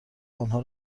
آنها